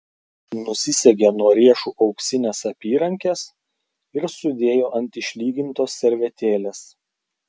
nusisegė nuo riešų auksines apyrankes ir sudėjo ant išlygintos servetėlės